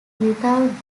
without